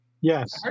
Yes